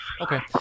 Okay